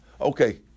Okay